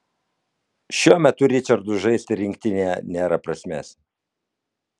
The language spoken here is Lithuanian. šiuo metu ričardui žaisti rinktinėje nėra prasmės